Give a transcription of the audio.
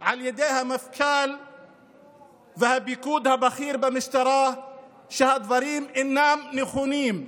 על ידי המפכ"ל והפיקוד הבכיר במשטרה אינם נכונים.